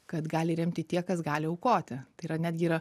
kad gali remti tie kas gali aukoti tai yra netgi yra